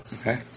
Okay